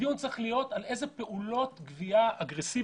הדיון זה להיות על איזה פעולות גבייה אגרסיביות,